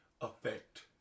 Effect